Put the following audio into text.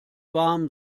warm